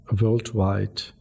worldwide